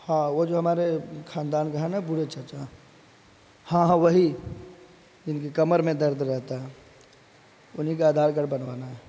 ہاں وہ جو ہمارے خاندان کا ہے نا بھوے چاچا ہاں ہاں وہی جن کے کمر میں درد رہتا ہے انہیں کا آدھار کارڈ بنوانا ہے